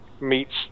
meets